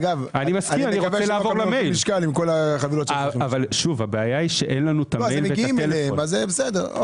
רוצה לעבור למייל אבל אין לנו המייל והטלפון.